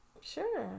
Sure